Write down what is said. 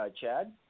Chad